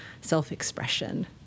self-expression